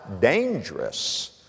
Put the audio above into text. dangerous